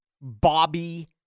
Bobby